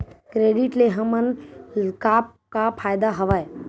Credit ले हमन का का फ़ायदा हवय?